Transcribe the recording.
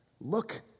Look